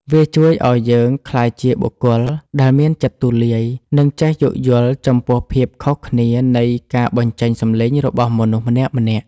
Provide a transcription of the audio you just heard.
វាជួយឱ្យយើងក្លាយជាបុគ្គលដែលមានចិត្តទូលាយ និងចេះយោគយល់ចំពោះភាពខុសគ្នានៃការបញ្ចេញសម្លេងរបស់មនុស្សម្នាក់ៗ។